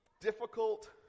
difficult